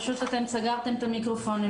אתם סגרתם את המיקרופון.